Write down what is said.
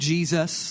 Jesus